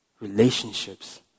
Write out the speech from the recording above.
relationships